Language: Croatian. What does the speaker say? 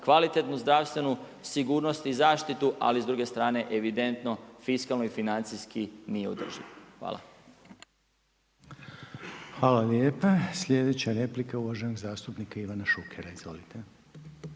kvalitetno zdravstvenu sigurnost i zaštitu, ali s druge strane evidentno fiskalno i financijski nije održiv. Hvala. **Reiner, Željko (HDZ)** Hvala lijepa. Sljedeća replika, uvaženog zastupnika Ivana Šukera. Izvolite.